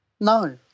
No